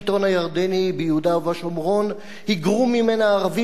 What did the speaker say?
ובשומרון היגרו מהם ערבים מרצונם החופשי,